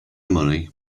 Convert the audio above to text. money